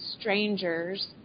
strangers